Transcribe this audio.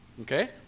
Okay